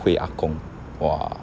回阿公 !wah!